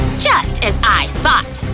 just as i thought!